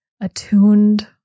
attuned